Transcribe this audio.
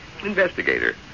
investigator